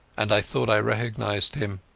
and i thought i recognized him.